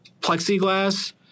plexiglass –